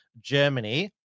Germany